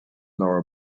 nor